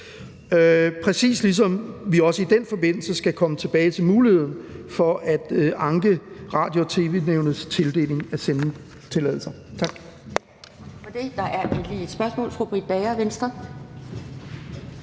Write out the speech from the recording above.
præcis ligesom vi også i den forbindelse skal komme tilbage til muligheden for at anke Radio- og tv-nævnets tildeling af sendetilladelser.